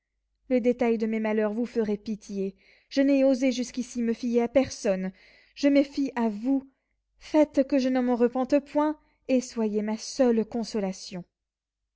le détail de mes malheurs vous ferait pitié je n'ai osé jusqu'ici me fier à personne je me fie à vous faites que je ne m'en repente point et soyez ma seule consolation